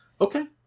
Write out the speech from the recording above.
okay